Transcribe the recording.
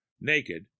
naked